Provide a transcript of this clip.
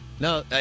No